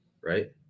right